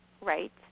right